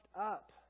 up